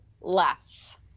less